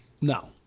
No